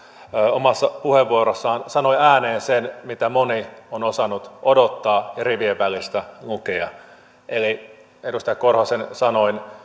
omassa puheenvuorossaan sanoi ääneen sen mitä moni on osannut odottaa ja rivien välistä lukea eli edustaja korhosen sanoin